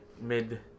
mid